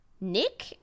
Nick